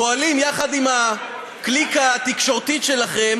פועלים יחד עם הקליקה התקשורתית שלכם